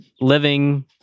living